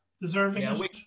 Deserving